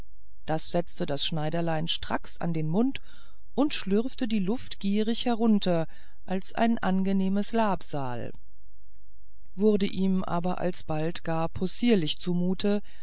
das setzte das schneiderlein stracks an den mund und schlürfte die luft begierig hinunter als ein angenehmes labsal wurde ihm aber alsbald gar possierlich zumute